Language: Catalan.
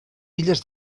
illes